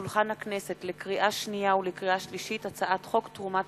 הצעת החוק תועבר להמשך הכנתה לקריאה שנייה וקריאה שלישית לוועדת החוקה,